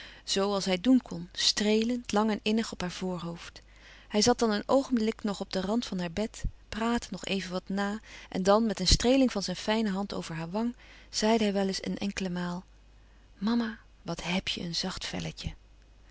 als hij doen kon streelend lang en innig op haar voorhoofd hij zat dan een oogenblik nog op den rand van haar bed praatte nog even wat na en dan met een streeling van zijn fijne hand over haar wang zeide hij wel eens een enkele maal mama wat heb je een zacht velletje